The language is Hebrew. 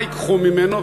מה ייקחו ממנו,